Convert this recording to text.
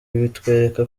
bitwereka